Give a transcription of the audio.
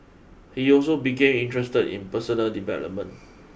he also became interested in personal development